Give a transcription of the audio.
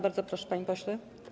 Bardzo proszę, panie pośle.